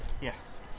yes